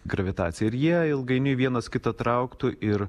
gravitacija ir jie ilgainiui vienas kitą trauktų ir